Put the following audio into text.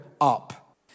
up